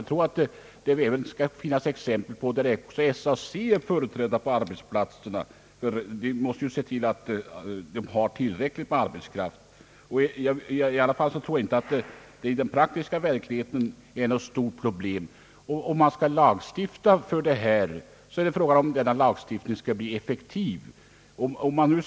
Det kan säkert anföras många exempel på att även medlemmar i SAC är företrädda på arbetsplatserna helt enkelt därför att man från arbetsgivarsidan velat se till att man har tillräckligt med arbetskraft. Jag tror inte att detta är något stort problem ute i det praktiska livet. Om man skall lagstifta måste lagstiftningen bli effektiv.